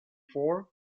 for